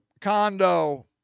condo